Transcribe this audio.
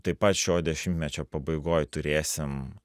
taip pat šio dešimtmečio pabaigoj turėsim